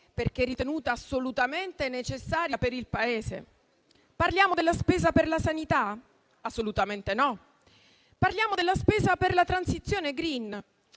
perché ritenuta assolutamente necessaria per il Paese. Parliamo della spesa per la sanità? Assolutamente no. Parliamo della spesa per la transizione *green*?